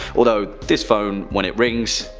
although, this phone when it rings,